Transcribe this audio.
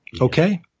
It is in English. Okay